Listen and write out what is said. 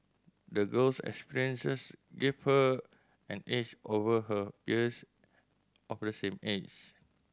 the girl's experiences gave her an edge over her peers of the same age